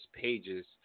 pages